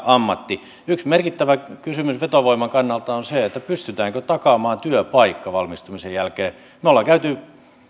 ammatti yksi merkittävä kysymys vetovoiman kannalta on se pystytäänkö takaamaan työpaikka valmistumisen jälkeen me olemme käyneet